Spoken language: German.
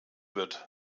wird